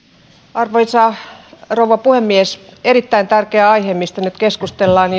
arvoisa rouva puhemies erittäin tärkeä aihe mistä nyt keskustellaan